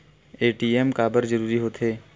ATM काबर जरूरी हो थे?